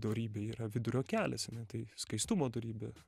dorybė yra vidurio kelias ar ne tai skaistumo dorybė